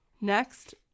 Next